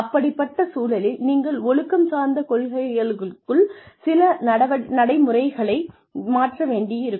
அப்படிப்பட்ட சூழலில் நீங்கள் ஒழுக்கம் சார்ந்த கொள்கைகளுக்குள் சில நடைமுறைகளை மாற்ற வேண்டியிருக்கும்